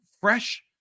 fresh